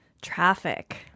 Traffic